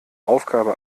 aufgabe